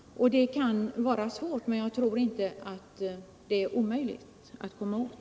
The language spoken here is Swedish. Jag tror att det är möjligt att lösa frågan på det sättet.